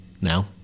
now